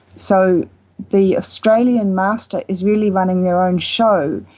so the australian master is really running their own show.